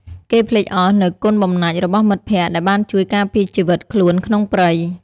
គេភ្លេចអស់នូវគុណបំណាច់របស់មិត្តភក្តិដែលបានជួយការពារជីវិតខ្លួនក្នុងព្រៃ។